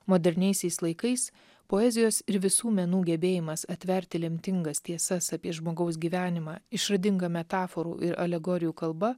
moderniaisiais laikais poezijos ir visų menų gebėjimas atverti lemtingas tiesas apie žmogaus gyvenimą išradinga metaforų ir alegorijų kalba